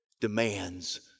demands